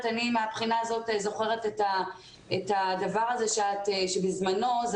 מהבחינה הזאת אני זוכרת את הדבר הזה שבזמנו זה